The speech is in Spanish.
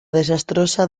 desastrosa